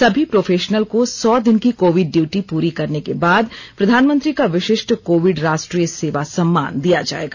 सभी प्रोफेशनल को सौ दिन की कोविड ड्यूटी पूरी करने के बाद प्रधानमंत्री का विशिष्ट कोविड राष्ट्रीय सेवा सम्मान दिया जाएगा